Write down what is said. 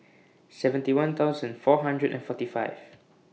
seventy one thousand four hundred and forty five